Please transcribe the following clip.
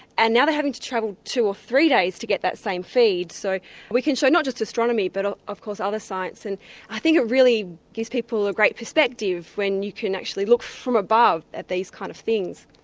and now they're having to travel two or three days to get that same feed. so we can show not just astronomy but ah of course other science. and i think it really gives people a great perspective when you can actually look from above at these kinds of things.